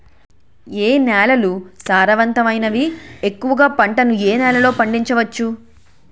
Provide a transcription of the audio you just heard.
ఏ నేలలు సారవంతమైనవి? ఎక్కువ గా పంటలను ఏ నేలల్లో పండించ వచ్చు?